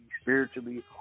spiritually